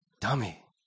Dummy